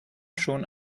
schon